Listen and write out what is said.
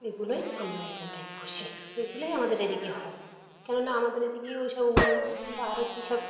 এগুলোই আমরা এখানটায় পুষি এগুলোই আমাদের এদিকে হয় কেননা আমাদের এদিকে ওই সব বা আরও কী সব